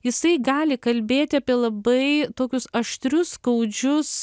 jisai gali kalbėt apie labai tokius aštrius skaudžius